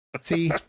see